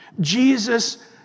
Jesus